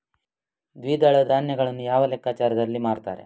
ದ್ವಿದಳ ಧಾನ್ಯಗಳನ್ನು ಯಾವ ಲೆಕ್ಕಾಚಾರದಲ್ಲಿ ಮಾರ್ತಾರೆ?